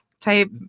type